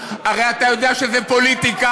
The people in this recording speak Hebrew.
הרי אתה יודע שזה פוליטיקה,